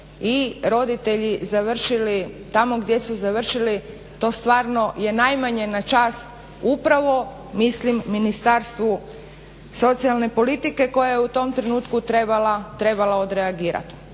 i roditelji završili tamo gdje su završili. To stvarno je najmanje na čast upravo mislim Ministarstvu socijalne politike koja je u tom trenutku trebala odreagirat.